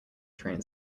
train